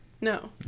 No